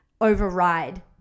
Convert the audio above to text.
override